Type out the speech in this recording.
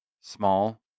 small